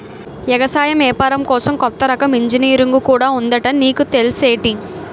ఎగసాయం ఏపారం కోసం కొత్త రకం ఇంజనీరుంగు కూడా ఉందట నీకు తెల్సేటి?